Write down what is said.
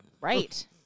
Right